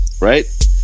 right